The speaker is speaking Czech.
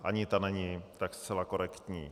Ani ta není tak zcela korektní.